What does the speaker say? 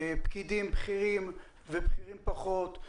פקידים בכירים ובכירים פחות,